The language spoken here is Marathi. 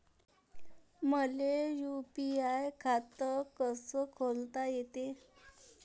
मले यू.पी.आय खातं कस खोलता येते?